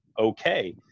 okay